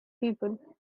people